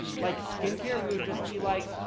like skincare, we would just be like,